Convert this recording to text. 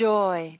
Joy